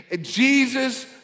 Jesus